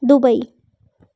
Dubai